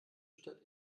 stadt